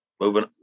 moving